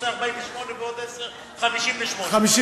אתה עושה 48% ועוד 10% 58%. פחות.